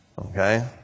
Okay